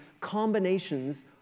combinations